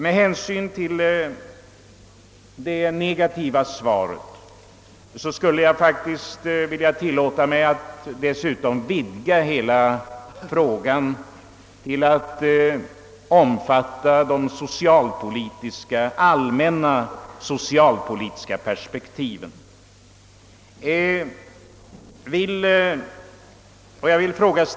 Med hänsyn till det negativa svaret skulle jag dessutom vilja tillåta mig att vidga hela frågan till att omfatta de allmänna socialpolitiska perspektiven.